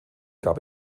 gab